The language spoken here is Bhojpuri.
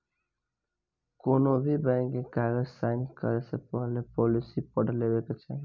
कौनोभी बैंक के कागज़ साइन करे से पहले पॉलिसी पढ़ लेवे के चाही